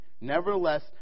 Nevertheless